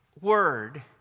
word